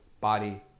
body